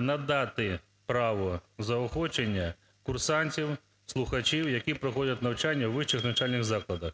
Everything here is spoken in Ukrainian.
надати право заохочення курсантів (слухачів), які проходять навчання у вищих навчальних закладах.